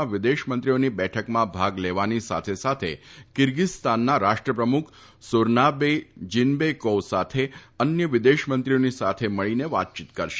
ના વિદેશમંત્રીઓની બેઠકમાં ભાગ લેવાની સાથે સાથે કિર્ગીસ્તાનના રાષ્ટ્રપ્રમુખ સુરાનબે જીનબેકોવ સાથે અન્ય વિદેશમંત્રીઓની સાથે વાતચીત પણ કરશે